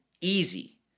easy